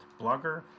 blogger